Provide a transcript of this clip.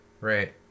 Right